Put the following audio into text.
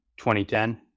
2010